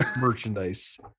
merchandise